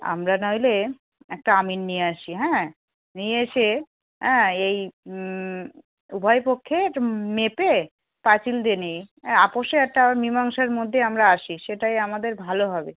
আমরা নইলে একটা আমিন নিয়ে আসি হ্যাঁ নিয়ে এসে অ্যাঁ এই উভয় পক্ষের মেপে পাঁচিল দিয়ে নিই আপোষে একটা মীমাংসার মধ্যে আমরা আসি সেটাই আমাদের ভালো হবে